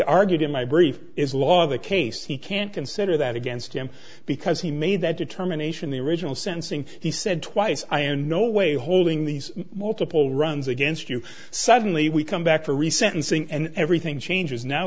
argued in my brief is law the case he can't consider that against him because he made that determination the original sensing he said twice i in no way holding these multiple runs against you suddenly we come back to reset and sing and everything changes now